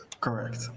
Correct